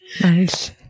Nice